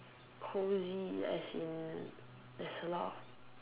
cozy as in it's a lot